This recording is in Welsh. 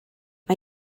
mae